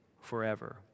forever